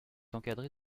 encadré